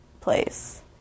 place